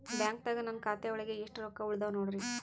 ಬ್ಯಾಂಕ್ದಾಗ ನನ್ ಖಾತೆ ಒಳಗೆ ಎಷ್ಟ್ ರೊಕ್ಕ ಉಳದಾವ ನೋಡ್ರಿ?